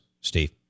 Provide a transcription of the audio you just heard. Steve